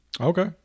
Okay